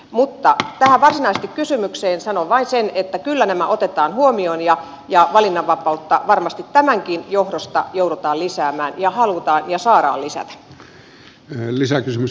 mutta tähän varsinaiseen kysymykseen sanon vain sen että kyllä nämä otetaan huomioon ja valinnanvapautta varmasti tämänkin johdosta joudutaan lisäämään ja halutaan ja saadaan lisätä